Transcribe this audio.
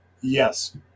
Yes